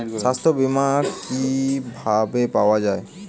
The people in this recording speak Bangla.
সাস্থ্য বিমা কি ভাবে পাওয়া যায়?